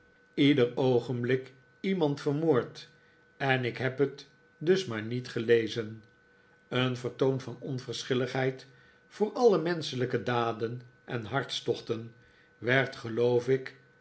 doctor oogenblik iemand vermoord en ik heb het dus maar niet gelezen een vertoon van onverschilligheid voor alle rrienschelijke daden en hartstochten werd geloof ik